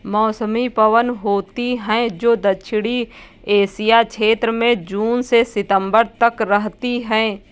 मौसमी पवन होती हैं, जो दक्षिणी एशिया क्षेत्र में जून से सितंबर तक रहती है